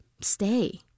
stay